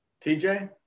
TJ